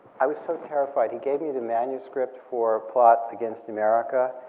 i was so terrified. he gave me the manuscript for plot against america,